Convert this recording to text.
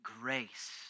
grace